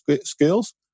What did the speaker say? skills